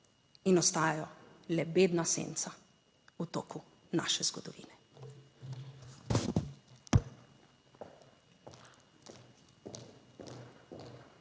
in ostajajo le bedna senca v toku naše zgodovine.